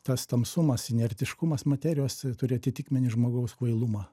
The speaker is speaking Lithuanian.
tas tamsumas inertiškumas materijos turi atitikmenį žmogaus kvailumą